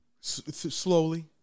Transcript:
slowly